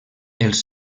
els